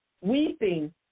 weeping